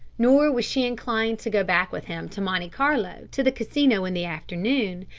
nor was she inclined to go back with him to monte carlo to the casino in the afternoon,